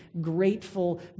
grateful